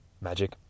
Magic